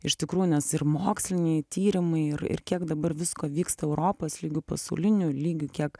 iš tikrųjų nes ir moksliniai tyrimai ir ir kiek dabar visko vyksta europos lygiu pasauliniu lygiu kiek